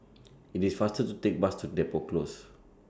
IT IS faster to Take The Bus to Depot Close